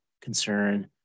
concern